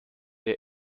der